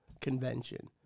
convention